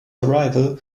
arrival